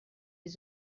les